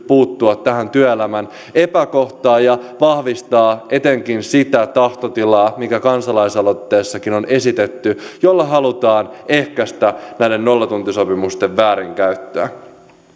puuttua tähän työelämän epäkohtaan ja vahvistaa etenkin sitä tahtotilaa joka kansalaisaloitteessakin on esitetty ja jolla halutaan ehkäistä näiden nollatuntisopimusten väärinkäyttöä